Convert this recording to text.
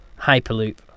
Hyperloop